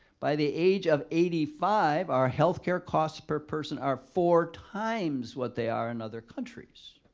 by the age of eighty five, our healthcare costs per person are four times what they are in other countries.